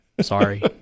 sorry